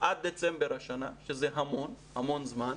עד דצמבר השנה, שזה המון זמן,